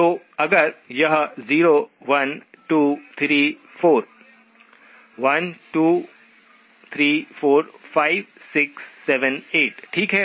तो अगर यह 0 1 2 3 4 1 2 3 4 5 6 7 8 ठीक है